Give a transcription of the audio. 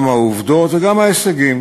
גם מהעובדות וגם מההישגים.